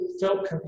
felt